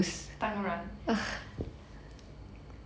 当然